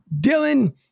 dylan